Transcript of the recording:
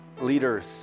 Leaders